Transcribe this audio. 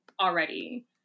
already